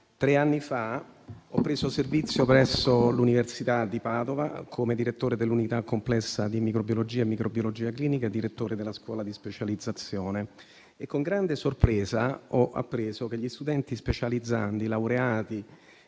Tre anni fa ho preso servizio presso l'università di Padova come direttore dell'unità complessa di microbiologia e microbiologia clinica e direttore della scuola di specializzazione e con grande sorpresa ho appreso che gli studenti specializzandi laureati